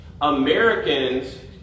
Americans